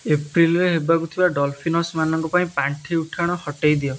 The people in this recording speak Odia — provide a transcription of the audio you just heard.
ଏପ୍ରିଲ୍ରେ ହେବାକୁ ଥିବା ଡଲଫିନସ୍ମାନଙ୍କ ପାଇଁ ପାଣ୍ଠି ଉଠାଣ ହଟାଇ ଦିଅ